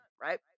right